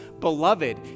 Beloved